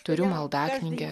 turiu maldaknygę